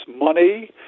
money